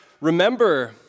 remember